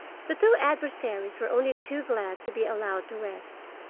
the two adversaries were only too glad to be allowed to rest,